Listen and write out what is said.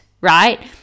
right